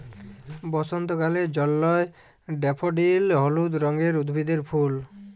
বসন্তকালে জল্ময় ড্যাফডিল হলুদ রঙের উদ্ভিদের ফুল